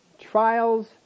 trials